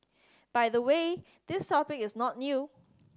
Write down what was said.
by the way this topic is not new